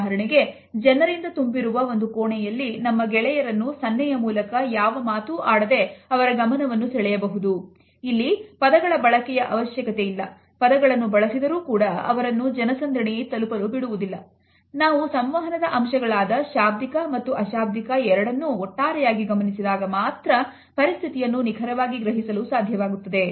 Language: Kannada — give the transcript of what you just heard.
ಉದಾಹರಣೆಗೆ ಜನರಿಂದ ತುಂಬಿರುವ ಒಂದು ಕೋಣೆಯಲ್ಲಿ ನಮ್ಮ ಗೆಳೆಯರನ್ನು ಸನ್ನೆಯ ಮೂಲಕ ಯಾವ ಮಾತು ಆಡದೇ ಅವರ ಗಮನವನ್ನು ನಾವು ಸಂವಹನದ ಅಂಶಗಳಾದ ಶಾಬ್ದಿಕ ಮತ್ತು ಅಶಾಬ್ದಿಕ ಎರಡನ್ನೂ ಒಟ್ಟಾರೆಯಾಗಿ ಗಮನಿಸಿದಾಗ ಮಾತ್ರ ಪರಿಸ್ಥಿತಿಯನ್ನು ನಿಖರವಾಗಿ ಗ್ರಹಿಸಲು ಸಾಧ್ಯವಾಗುತ್ತದೆ